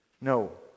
No